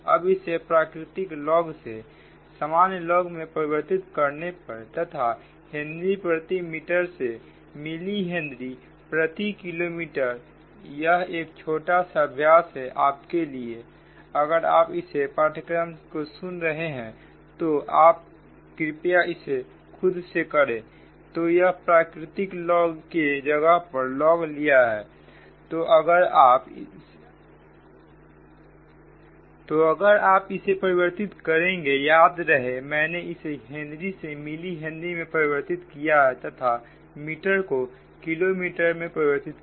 अब इसे प्राकृतिक log से सामान्य log में परिवर्तित करने पर तथा हेनरी प्रति मीटर से मिली हेनरी प्रति किलोमीटर यह एक छोटा सा अभ्यास है आपके लिए अगर आप इस पाठ्यक्रम को सुन रहे हैं तो कृपया इसे खुद से करें तो यहां प्राकृतिक log के जगह पर log लिया है तो अगर आप ही से परिवर्तित करेंगे याद रहे मैंने इसे हेनरी से मिली हेनरी में परिवर्तित किया है तथा मीटर को किलोमीटर में परिवर्तित किया